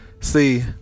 See